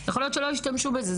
יכול להיות שלא השתמשו בזה,